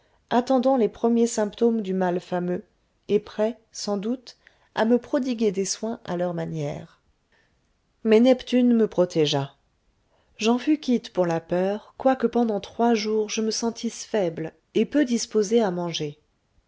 attendant les premiers symptômes du mal fameux et prêts sans doute à me prodiguer des soins à leur manière mais neptune me protégea j'en fus quitte pour la peur quoique pendant trois jours je me sentisse faible et peu disposé à manger